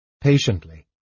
Patiently